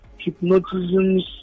hypnotisms